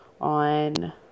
on